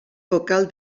vocal